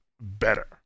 better